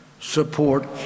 support